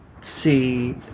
see